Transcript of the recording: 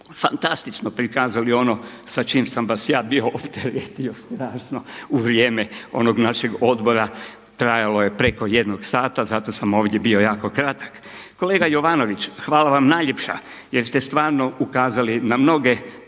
fantastično prikazali ono sa čim sam vas ja bio opteretio strašno u vrijeme onog našeg odbora, trajalo je preko 1 sata zato sam ovdje bio jako kratak. Kolega Jovanović, hvala vam najljepša jer ste stvarno ukazSli na mnoge